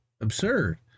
absurd